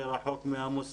אולי, רחוק מהמוסד,